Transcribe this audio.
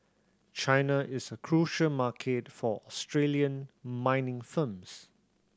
China is a crucial market for Australian mining firms